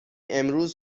امروز